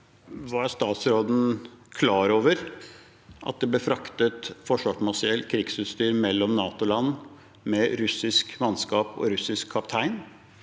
Var statsråden klar over at det ble fraktet forsvarsmateriell og krigsutstyr mellom NATO-land med russisk mannskap og russisk kaptein,